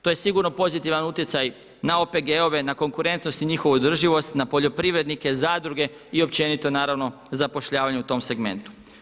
To je sigurno pozitivan utjecaj na OPG-ove, na konkurentnost i njihovu održivost, na poljoprivrednike, zadruge i općenito naravno zapošljavanje u tom segmentu.